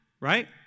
right